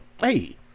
hey